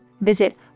Visit